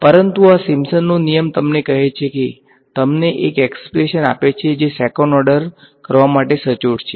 પરંતુ આ સિમ્પસનનો નિયમ તમને કહે છે કે તમને એક એક્સ્પ્રેશન આપે છે જે સેક્ન્ડ ઓર્ડર કરવા માટે સચોટ છે